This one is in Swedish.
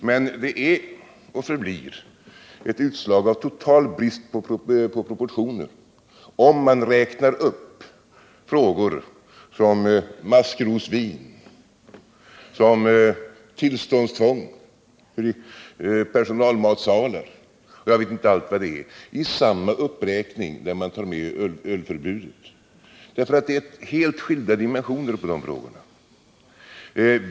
Men det är och förblir ett utslag av total brist på proportioner om man räknar upp frågor som tillverkning av maskrosvin, tillståndstvång för personalmatsalar och jag vet inte allt i samma uppräkning där man tar med ölförbudet. Det är ju helt skilda dimensioner på dessa frågor.